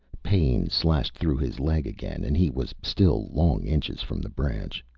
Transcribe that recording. pain slashed through his leg again and he was still long inches from the branch.